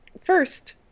First